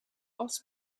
aus